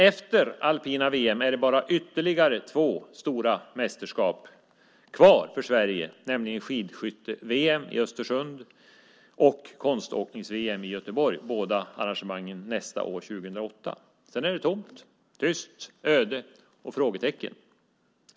Efter alpina VM finns endast två stora mästerskap kvar för Sverige att arrangera, nämligen skidskytte-VM i Östersund och konståknings-VM i Göteborg. Båda arrangemangen går av stapeln nästa år, 2008. Sedan är det tomt, tyst, öde och frågetecken.